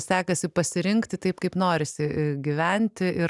sekasi pasirinkti taip kaip norisi gyventi ir